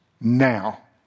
now